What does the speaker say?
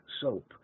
soap